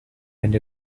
and